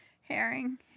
Herring